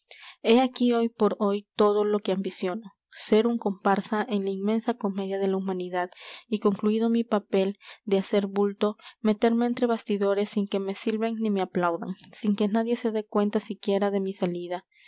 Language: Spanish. he aquí hoy por hoy todo lo que ambiciono ser un comparsa en la inmensa comedia de la humanidad y concluído mi papel de hacer bulto meterme entre bastidores sin que me silben ni me aplaudan sin que nadie se dé cuenta siquiera de mi salida